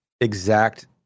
exact